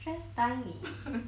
stress die 你